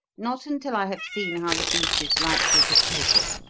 not until i have seen how the beast is likely to take it.